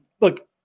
look